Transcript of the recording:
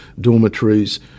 dormitories